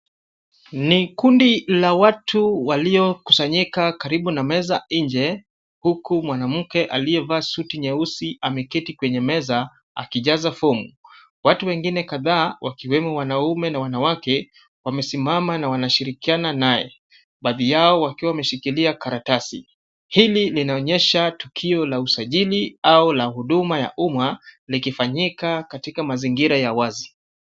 Ni kundi la watu waliokusanyika karibu na meza nje, huku mwanamke aliyevaa suti nyeusi ameketi kwenye meza akijaza fomu. Watu wengine kadhaa wakiwemo wanaume na wanawake wamesimama na wanashirikiana naye baadhi yao wakiwa wameshikilia karatasi. Hili linaonyesha tukio la usajili au la huduma ya umma, likifanyika katika mazingira ya wazi.